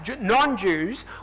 non-Jews